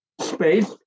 space